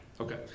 Okay